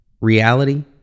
reality